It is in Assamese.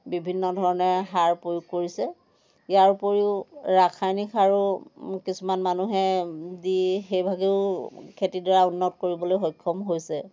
বিভিন্ন ধৰণে সাৰ প্ৰয়োগ কৰিছে ইয়াৰ উপৰিও ৰাসায়নিক সাৰো কিছুমান মানুহে দি সেইভাগেও খেতিডৰা উন্নত কৰিবলৈ সক্ষম হৈছে